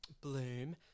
bloom